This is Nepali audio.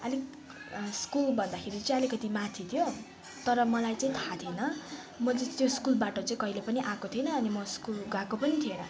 अलिक स्कुल भन्दाखेरि चाहिँ अलिकति माथि थियो तर मलाई चाहिँ थाहा थिएन म चाहिँ त्यो स्कुल बाटो चाहिँ कहिले पनि आएको थिएन अनि म स्कुल गएको पनि थिएन